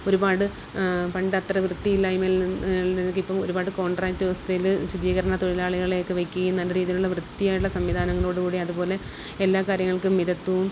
ഒരുപാട് പണ്ടത്ര വൃത്തിയില്ലായ്മയിൽ നി നിന്നൊക്കെയിപ്പോൾ ഒരുപാട് കോൺട്രാക്റ്റ് വ്യവസ്ഥയിൽ ശുചീകരണത്തൊഴിലാളികളെ ഒക്കെ വെക്കുകയും നല്ല രീതിയിലുള്ള വൃത്തിയായിട്ടുള്ള സംവിധാനങ്ങളോടു കൂടി അതുപോലെ എല്ലാ കറികൾക്കും മിതത്വവും